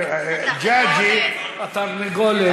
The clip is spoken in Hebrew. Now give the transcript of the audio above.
התרנגולת,